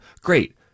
Great